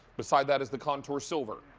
besides that is the contour silver.